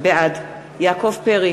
בעד יעקב פרי,